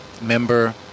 member